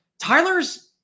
Tyler's